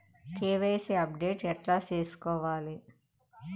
KYC update ఎట్లా సేసుకోవాలి?